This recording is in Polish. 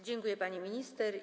Dziękuję, pani minister.